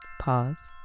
Pause